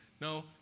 No